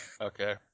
Okay